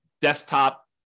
desktop